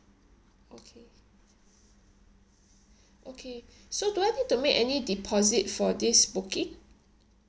okay okay so do I need to make any deposit for this booking